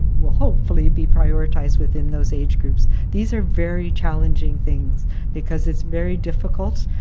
will hopefully be prioritized within those age groups. these are very challenging things because it's very difficult,